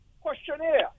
questionnaire